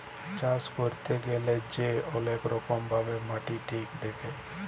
চাষ ক্যইরতে গ্যালে যে অলেক রকম ভাবে মাটি ঠিক দ্যাখে